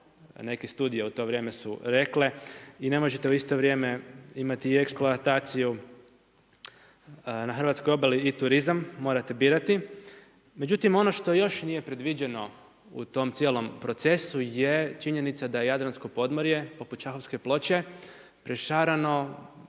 neke studije u to vrijeme su rekle i ne možete u isto vrijeme imati eksploataciju na hrvatskoj obali i turizam, morate birati. Međutim, ono što još nije predviđeno u tom cijelom procesu je činjenica da jadransko podmorje poput šahovske ploče prešarano